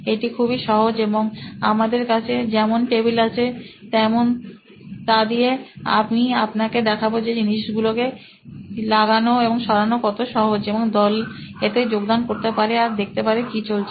এটা খুবই সহজ এবংআমাদের কাছে যেমন টেবিল আছে তা দিয়ে আমি আপনাকে দেখাবো যে জিনিসগুলো কে লাগলো ও সরানো কত সহজ এবং দল এতে যোগদান করতে পারে আর দেখতে পারে কি চলছে